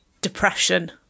depression